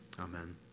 Amen